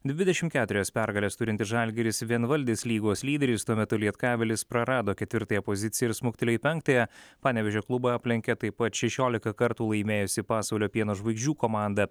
dvidešim keturias pergales turintis žalgiris vienvaldis lygos lyderis tuo metu lietkabelis prarado ketvirtąją poziciją ir smuktelėjo į penktąją panevėžio klubą aplenkė taip pat šešiolika kartų laimėjusi pasvalio pieno žvaigždžių komanda